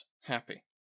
happy